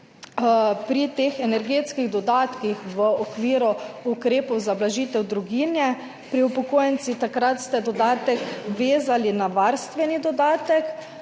pri teh energetskih dodatkih v okviru ukrepov za blažitev draginje pri upokojencih, takrat ste dodatek vezali na varstveni dodatek,